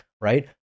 right